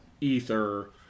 ether